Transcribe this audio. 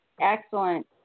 Excellent